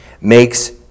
makes